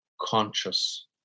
conscious